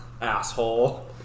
Asshole